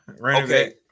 okay